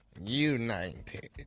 United